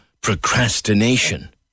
Procrastination